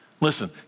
Listen